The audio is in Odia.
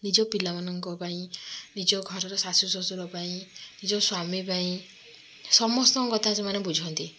ନିଜ ପିଲାମାନଙ୍କ ପାଇଁ ନିଜ ଘରର ଶାଶୁଶ୍ଵଶୁର ପାଇଁ ନିଜ ସ୍ୱାମୀ ପାଇଁ ସମସ୍ତଙ୍କ କଥା ସେମାନେ ବୁଝନ୍ତି